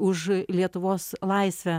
už lietuvos laisvę